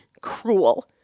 cruel